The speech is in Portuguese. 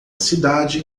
cidade